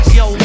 yo